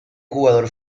jugador